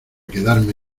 quedarme